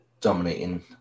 dominating